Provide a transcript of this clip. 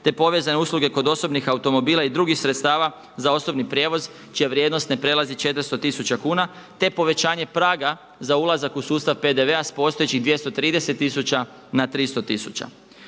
te povezane usluge kod osobnih automobila i drugih sredstava za osobni prijevoz čija vrijednost ne prelazi 400 tisuća kuna, te povećanje praga za ulazak u sustav PDV-a s postojećih 230 tisuća na 300